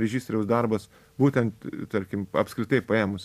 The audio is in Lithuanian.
režisieriaus darbas būtent tarkim apskritai paėmus